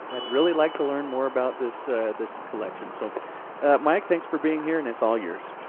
i'd really like to learn more about this this collection. so mike, thanks for being here, and it's all yours.